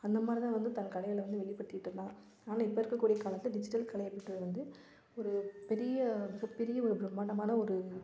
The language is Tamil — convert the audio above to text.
அந்த மாதிரி தான் வந்து தன் கலைகளை வந்து வெளிப்படுத்திக்கிட்டு இருந்தாங்க ஆனால் இப்போ இருக்கக் கூடிய காலத்தில் டிஜிட்டல் கலை அப்படின்றது வந்து ஒரு பெரிய மிகப் பெரிய ஒரு பிரமாண்டமான ஒரு